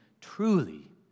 truly